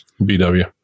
BW